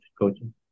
coaching